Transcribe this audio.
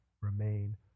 remain